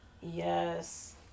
yes